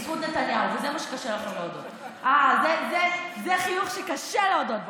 בזכות נתניהו, וזה מה שקשה לכם להודות.